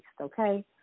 okay